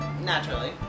Naturally